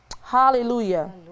Hallelujah